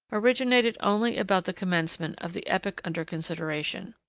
originated only about the commencement of the epoch under consideration.